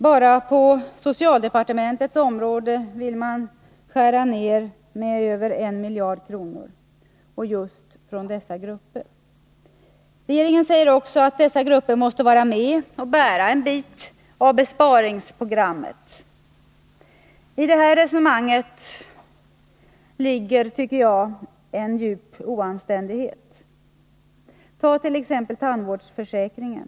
Bara på socialdepartementets område vill man skära ned med över 1 miljard kronor, just för dessa grupper. Regeringen säger också att dessa grupper måste vara med och bära en bit av bördan i besparingsprogrammet. I detta resonemang ligger, tycker jag, en djup oanständighet. Ta t.ex. tandvårdsförsäkringen.